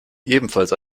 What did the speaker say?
ebenfalls